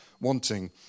wanting